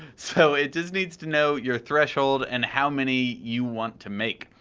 so it just needs to know your threshold and how many you want to make.